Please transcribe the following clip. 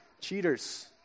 cheaters